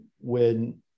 when-